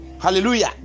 Hallelujah